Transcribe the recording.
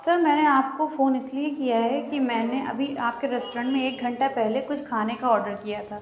سر میں نے آپ کو فون اِس لیے کیا ہے کہ میں نے ابھی آپ کے ریسٹورینٹ میں ایک گھنٹہ پہلے کچھ کھانے کا اوڈر کیا تھا